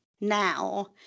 now